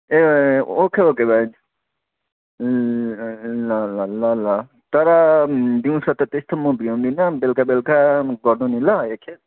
ए okay okay भाइ ल ल ल ल तर दिउँसो त त्यस्तो म भ्याउँदिनँ बेलुका बेलुका गर्नु नि ल एकखेप